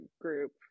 group